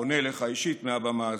אני פונה אליך אישית מהבמה הזאת.